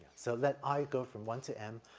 so let i go from one to m,